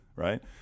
Right